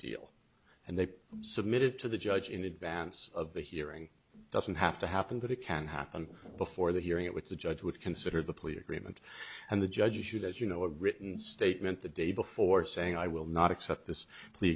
deal and they submitted to the judge in advance of the hearing it doesn't have to happen but it can happen before the hearing it with the judge would consider the plea agreement and the judge issued as you know a written statement the day before saying i will not accept this plea